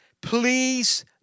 please